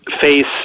face